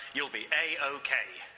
you'll be a ok.